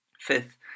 Fifth